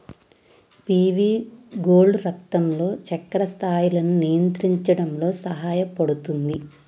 PV gourd రక్తంలో చక్కెర స్థాయిలను నియంత్రించడంలో సహాయపుతుంది